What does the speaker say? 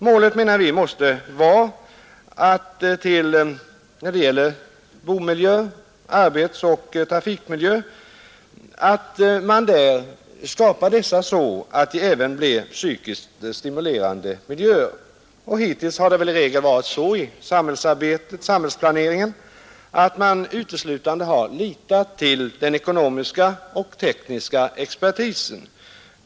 Målet måste vara, anser vi, att boende-, arbetsoch trafikmiljön skapas så att de även blir psykiskt stimulerande miljöer. Hittills har det väl varit så i samhällsplaneringen att man uteslutande har litat till den ekonomiska och tekniska expertisen.